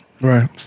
Right